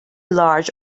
large